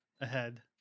ahead